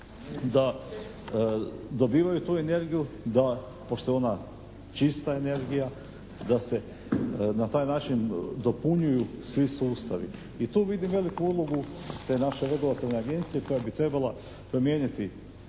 da dobivaju tu energiju, da pošto je ona čista energija da se na taj način dopunjuju svi sustavi i tu vidim veliku ulogu te naše regulatorne Agencije koja bi trebala promijeniti